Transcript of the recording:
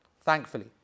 thankfully